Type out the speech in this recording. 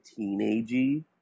teenagey